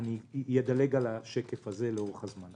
אני אדלג על השקף הזה לאורך הזמן.